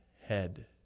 head